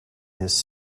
his